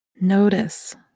Notice